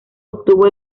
obtuvo